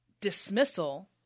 dismissal